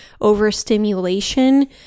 overstimulation